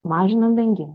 mažinam vengimą